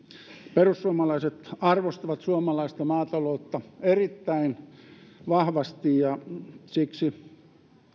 perussuomalaiset arvostavat suomalaista maataloutta erittäin vahvasti ja siksi